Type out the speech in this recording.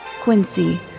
Quincy